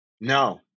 No